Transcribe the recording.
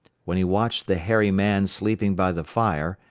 when he watched the hairy man sleeping by the fire,